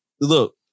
look